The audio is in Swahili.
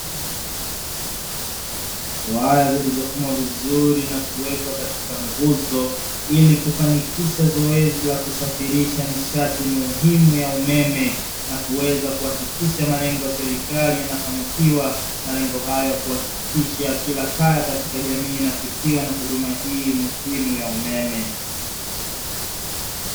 Nyaya zilizofumwa vizuri na kuwekwa katika nguzo ili kufanikisha zoezi la kusafirisha nishati muhimu ya umeme, na kuweza kuhakikisha malengo ya serikali yanafanikiwa malengo haya kuhakikisha kila kaya, katika jamii inafikiwa na huduma hii muhimu ya umeme.